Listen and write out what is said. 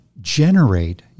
generate